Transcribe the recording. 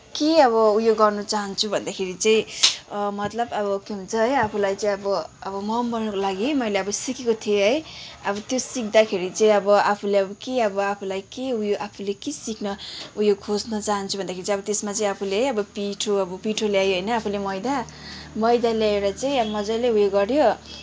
के अब उयो गर्न चाहन्छु भन्दाखेरि चाहिँ मतलब अब के हुन्छ है आफूलाई चाहिँ अब अब मोमो बनाउनको लागि मैले अब सिकेको थिएँ है अब त्यो सिक्दाखेरि चाहिँ अब आफूले अब के अब आफूलाई के उयो आफूले के सिक्न उयो खोज्न चाहन्छु भन्दाखेरि चाहिँ अब त्यसमा चाहिँ आफूले है अब पिठो अब पिठो ल्यायो होइन आफूले मैदा मैदा ल्याएर चाहिँ मज्जाले उयो गऱ्यो